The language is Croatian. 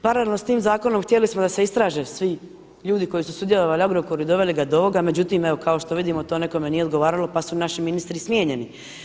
Paralelno sa tim zakonom htjeli smo da se istraže svi ljudi koji su sudjelovali u Agrokoru i doveli ga do ovoga, međutim, evo kao što vidimo to nekome nije odgovaralo pa su naši ministri smijenjeni.